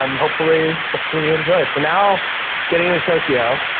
um hopefully. hopefully you enjoy it. so now getting into tokyo,